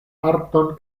arton